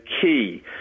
key